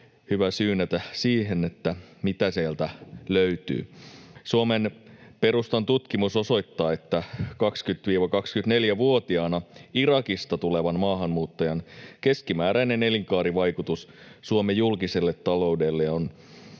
hyvä syynätä siihen, mitä sieltä löytyy. Suomen Perustan tutkimus osoittaa, että 20—24-vuotiaana Irakista tulevan maahanmuuttajan keskimääräinen elinkaarivaikutus Suomen julkiselle taloudelle on